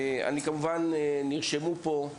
כמובן נרשמו פה,